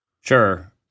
Sure